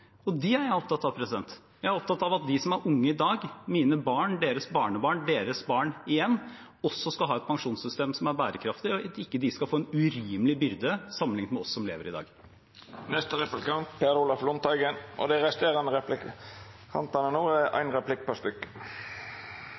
er jeg opptatt av. Jeg er opptatt av at de som er unge i dag, mine barn, deres barnebarn og deres barn igjen, også skal ha et pensjonssystem som er bærekraftig, og at de ikke skal få en urimelig byrde sammenlignet med oss som lever i dag. Det er en enstemmig komité som sier at med virkning fra 2022 skal en